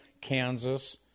Kansas